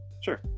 sure